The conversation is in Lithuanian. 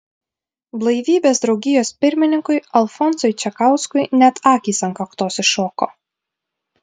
blaivybės draugijos pirmininkui alfonsui čekauskui net akys ant kaktos iššoko